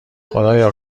خدایا